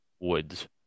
woods